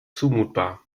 zumutbar